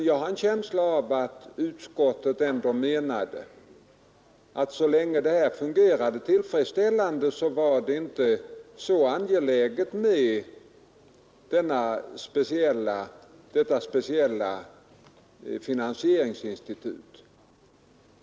Jag har en känsla av att utskottet ändå menade att så länge detta fungerade tillfredsställande så var det inte så angeläget med detta speciella finansieringsinstitut.